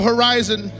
Horizon